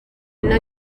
اینا